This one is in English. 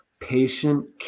patient